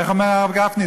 איך אומר הרב גפני,